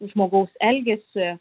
žmogaus elgesį